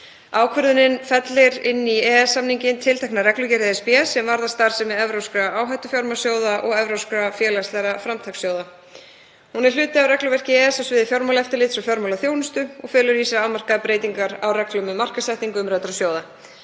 Ákvörðunin fellir inn í EES-samninginn tiltekna reglugerð ESB sem varða starfsemi evrópskra áhættufjármagnssjóða og evrópska félagslega framtakssjóði. Hún er hluti af regluverki EES á sviði fjármálaeftirlits og fjármálaþjónustu og felur í sér afmarkaðar breytingar á reglum um markaðssetningu umræddra sjóða.